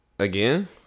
Again